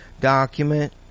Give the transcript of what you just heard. document